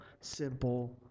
simple